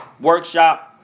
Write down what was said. workshop